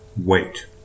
wait